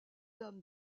dame